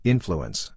Influence